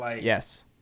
Yes